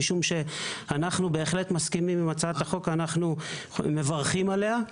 משום שאנחנו בהחלט מסכימים עם הצעת החוק ואנחנו מברכים עליה.